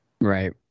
right